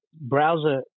browser